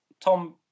Tom